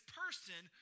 person